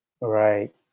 Right